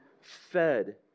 fed